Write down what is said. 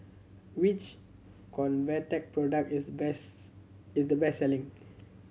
which Convatec product is best is the best selling